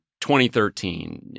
2013